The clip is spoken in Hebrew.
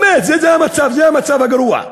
באמת, זה המצב, זה המצב הגרוע.